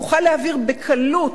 תוכל להעביר בקלות